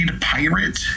pirate